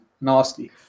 Nasty